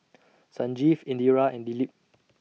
Sanjeev Indira and Dilip